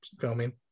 filming